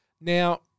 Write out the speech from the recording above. Now